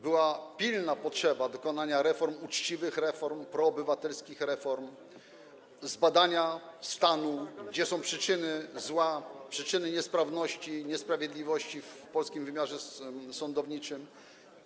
Była pilna potrzeba dokonania reform, uczciwych reform, proobywatelskich reform, zbadania stanu: tego, gdzie są przyczyny zła, przyczyny niesprawności i niesprawiedliwości w polskim wymiarze sądowniczym.